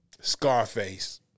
Scarface